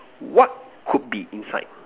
what could be inside